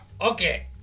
Okay